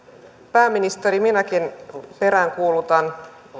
pääministeri minäkin peräänkuulutan